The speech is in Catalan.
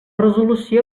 resolució